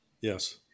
Yes